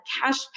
cash